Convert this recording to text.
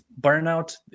burnout